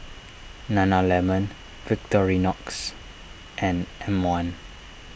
Nana Lemon Victorinox and M one